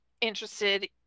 interested